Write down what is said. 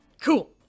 Cool